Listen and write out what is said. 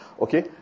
Okay